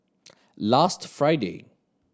last Friday